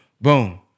boom